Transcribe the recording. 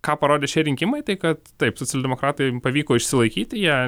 ką parodė šie rinkimai tai kad taip socialdemokratam pavyko išsilaikyti jie